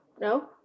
No